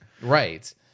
Right